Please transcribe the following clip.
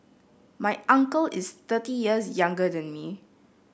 my uncle is thirty years younger than me